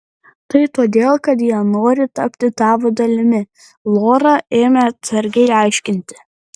tai todėl kad jie nori tapti tavo dalimi lora ėmė atsargiai aiškinti